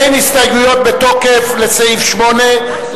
אין הסתייגויות בתוקף לסעיף 8,